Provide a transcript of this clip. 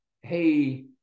hey